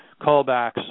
callbacks